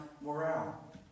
morale